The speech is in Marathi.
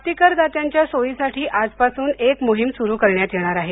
प्राप्तीकर दात्यांच्या सोयीसाठी आज पासून एक मोहीम सुरु करण्यात येणार आहे